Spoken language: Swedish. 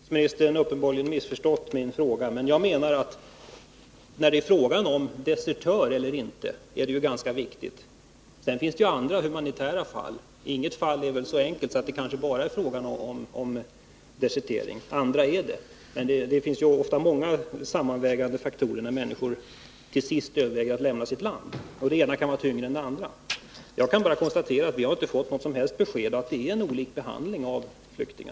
Herr talman! Utrikesministern har uppenbarligen missförstått min fråga. Jag menar att det är ganska viktigt om det rör sig om en desertör eller inte. Sedan finns det andra humanitära skäl. Och ett fall är väl sällan så enkelt att dett.ex. bara är fråga om en desertering — även om det i vissa fall kanske är det. Ofta finns det många faktorer att väga samman när en människa till sist bestämmer sig för att lämna sitt land, och den ena omständigheten kan vara tyngre än den andra. Jag kan bara konstatera att vi inte har fått något som helst besked om att flyktingar behandlas olika.